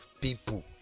people